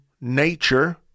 nature